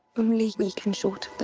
only we can shorten but